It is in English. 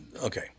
Okay